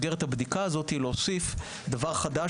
עכשיו אנחנו צריכים במסגרת הבדיקה הזאת להוסיף דבר חדש